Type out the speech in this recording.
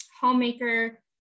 homemaker